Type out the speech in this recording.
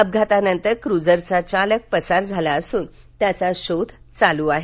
अपघातानतर क्रूझरचा चालक पसार झाला असून त्याचा शोध सुरू आहे